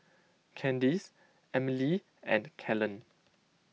Candyce Emelie and Kellen